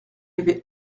avait